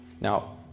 now